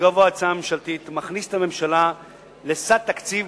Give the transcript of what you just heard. וגובה ההוצאה הממשלתית מכניסה את הממשלה לסד תקציב,